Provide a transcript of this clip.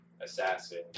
assassin